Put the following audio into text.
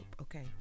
okay